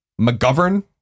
McGovern